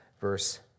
verse